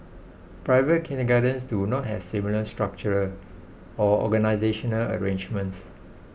private kindergartens do not have similar structural or organisational arrangements